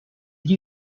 also